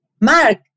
Mark